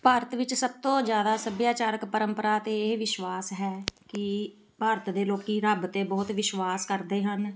ਭਾਰਤ ਵਿੱਚ ਸਭ ਤੋਂ ਜ਼ਿਆਦਾ ਸੱਭਿਆਚਾਰਕ ਪਰੰਪਰਾ ਅਤੇ ਇਹ ਵਿਸ਼ਵਾਸ ਹੈ ਕਿ ਭਾਰਤ ਦੇ ਲੋਕ ਰੱਬ 'ਤੇ ਬਹੁਤ ਵਿਸ਼ਵਾਸ ਕਰਦੇ ਹਨ